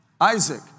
Isaac